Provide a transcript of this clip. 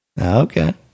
Okay